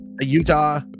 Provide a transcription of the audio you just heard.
Utah